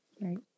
Right